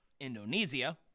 Indonesia